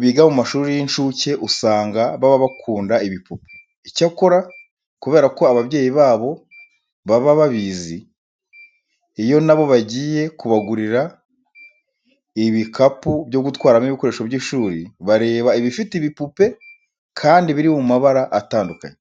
biga mu mashuri y'incuke usanga baba bakunda ibipupe. Icyakora kubera ko ababyeyi babo baba babizi, iyo na bo bagiye kubagurira ibikapu byo gutwaramo ibikoresho by'ishuri, bareba ibifite ibipupe kandi biri mu mabara atandukanye.